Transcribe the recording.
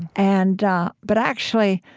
and ah but actually,